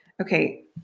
Okay